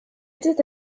était